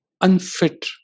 unfit